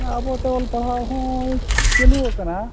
ᱟᱵᱚᱛᱮ ᱚᱞ ᱯᱟᱲᱦᱟᱣ ᱦᱚᱸ ᱪᱟᱹᱞᱩ ᱟᱠᱟᱱᱟ